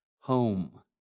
Home